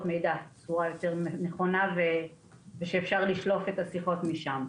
מידע בצורה יותר נכונה ושאפשר לשלוף את השיחות משם.